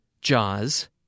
Jaws